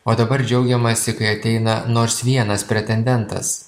o dabar džiaugiamasi kai ateina nors vienas pretendentas